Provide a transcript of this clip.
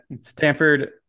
Stanford